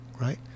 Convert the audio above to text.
Right